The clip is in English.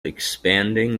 expanding